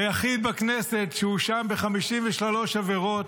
היחיד בכנסת שהואשם ב-53 עבירות,